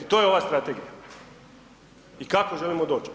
To je ova strategija i kako želimo doć.